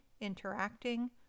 Interacting